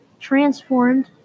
transformed